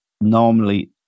normally